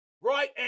right